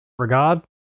regard